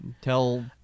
Tell